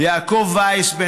יעקב וייס,